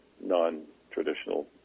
non-traditional